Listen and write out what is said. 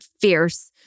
fierce